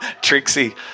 Trixie